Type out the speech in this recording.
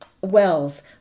wells